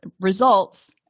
results